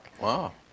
Wow